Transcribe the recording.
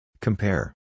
Compare